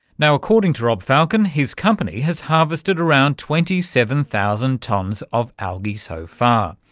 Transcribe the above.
now, according to rob falken his company has harvested around twenty seven thousand tonnes of algae so far.